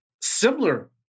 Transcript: similar